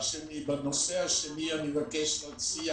שנית, בנושא השני אני מבקש להציע